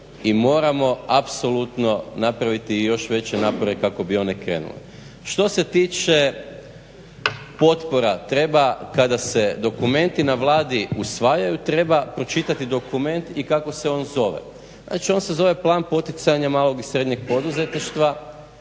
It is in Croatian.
i moramo apsolutno napraviti još veće napore kako bi one krenule. Što se tiče potpora treba kada se dokumenti na Vladi usvajaju treba pročitati dokument i kako se on zove. Znači on se zove "Plan poticanja malog i srednjeg poduzetništva"